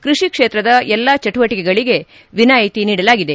ಕೃಷಿ ಕ್ಷೇತ್ರದ ಎಲ್ಲಾ ಚಟುವಟಕೆಗಳಿಗೆ ವಿನಾಯಿತಿ ನೀಡಲಾಗಿದೆ